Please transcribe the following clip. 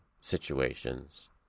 situations